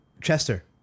Chester